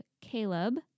Caleb